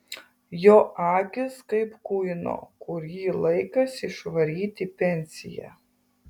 jo akys kaip kuino kurį laikas išvaryti į pensiją